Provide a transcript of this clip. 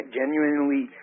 genuinely